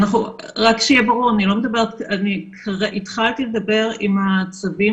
רק שיהיה ברור: התחלתי לדבר לגבי הצווים